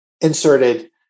inserted